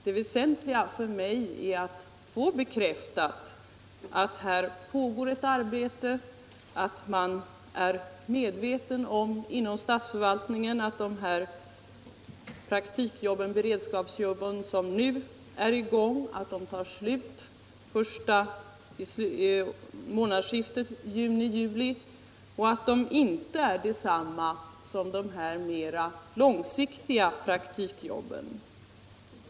Det väsentliga för mig är att få bekräftat att här pågår ett arbete, att man inom statsförvaltningen är medveten om att dessa praktikjobb — beredskapsjobb — som nu är i gång tar slut vid månadsskiftet juni-juli och att de inte är detsamma som de mera långsiktiga praktikjobben.